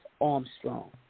Armstrong